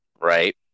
right